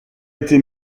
été